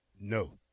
No